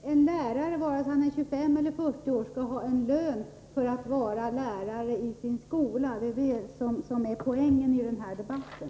Herr talman! En lärare, vare sig han är 25 eller 40 år, skall ha en lön för att vara lärare i sin skola, det är poängen i den här debatten.